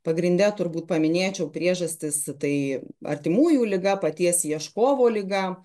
pagrinde turbūt paminėčiau priežastis tai artimųjų liga paties ieškovo liga